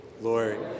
Lord